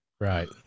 Right